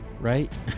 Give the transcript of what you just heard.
right